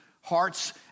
hearts